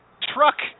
truck